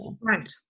Right